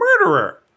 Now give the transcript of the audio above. murderer